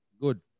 good